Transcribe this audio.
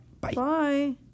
Bye